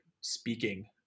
speaking